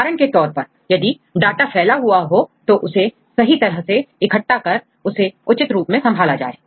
उदाहरण के तौर पर यदि डाटा फैला हुआ हो तो उसे सही तरह से इकट्ठा कर उसे उचित रूप से संभाला जाए